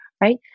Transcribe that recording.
right